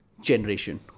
generation